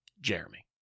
Jeremy